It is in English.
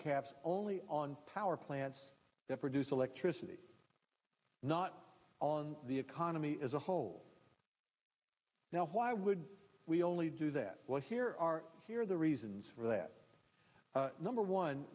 caps only on power plants that produce electricity not on the economy as a whole now why would we only do that well here are here the reasons for that number one